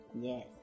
yes